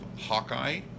Hawkeye